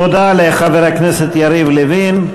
תודה לחבר הכנסת יריב לוין.